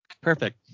Perfect